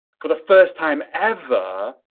for the first time ever,